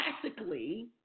practically